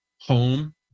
home